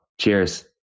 Cheers